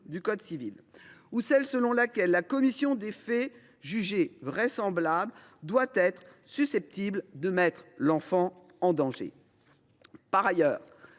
ou de celle selon laquelle la commission des faits jugée vraisemblable doit être « susceptible » de mettre l’enfant en danger. Par ailleurs,